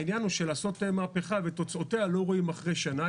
העניין הוא שלעשות מהפכה ותוצאותיה לא רואים אחרי שנה,